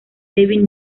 david